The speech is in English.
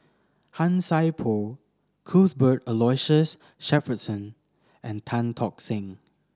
Han Sai Por Cuthbert Aloysius Shepherdson and Tan Tock Seng